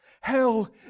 hell